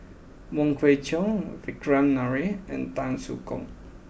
Wong Kwei Cheong Vikram Nair and Tan Soo Khoon